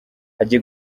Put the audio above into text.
hagiye